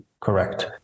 correct